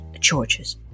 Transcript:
churches